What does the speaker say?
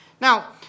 Now